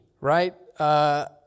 Right